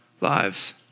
lives